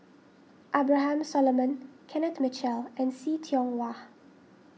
Abraham Solomon Kenneth Mitchell and See Tiong Wah